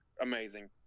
amazing